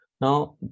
Now